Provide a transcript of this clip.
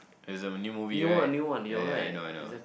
it's a new movie right ya ya I know I know